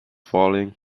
falling